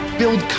build